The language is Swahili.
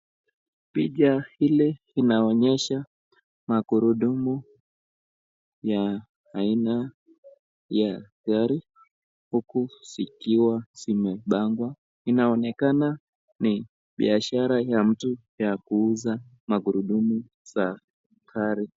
Picha ile inaonyesha magurudumu ya aina ya gari huku zinapangwa, inaonekana ni biashara ya mtu ya kuuza magurumu za gari.